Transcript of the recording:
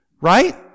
right